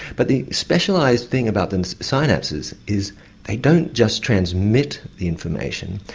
but the specialised thing about and the synapses is they don't just transmit the information,